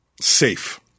Safe